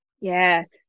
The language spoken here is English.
Yes